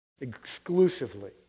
Exclusively